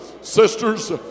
sisters